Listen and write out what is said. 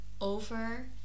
over